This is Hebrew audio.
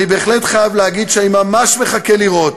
אני בהחלט חייב להגיד שאני ממש מחכה לראות